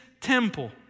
temple